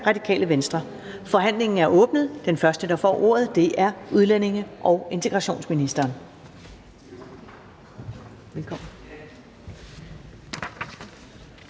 Ellemann): Forhandlingen er åbnet. Den første, der får ordet, er udlændinge- og integrationsministeren. Velkommen.